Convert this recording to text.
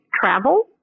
travel